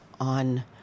on